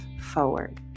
forward